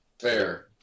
Fair